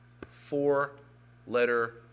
four-letter